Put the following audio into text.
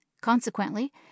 Consequently